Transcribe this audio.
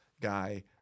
guy